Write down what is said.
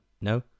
No